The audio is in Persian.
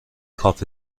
کافه